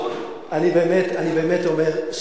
אני באמת אומר,